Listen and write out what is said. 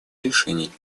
решений